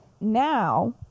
now